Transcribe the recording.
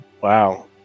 Wow